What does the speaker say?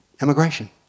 Immigration